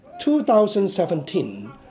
2017